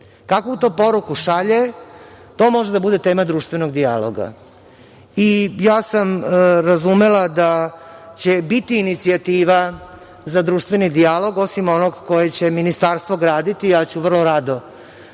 Kakvu to poruku šalje? To može da bude tema društvenog dijaloga. Razumela sam da će biti inicijativa za društveni dijalog osim onog koje će Ministarstvo graditi. Ja ću vrlo rado